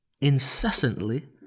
incessantly